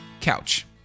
Couch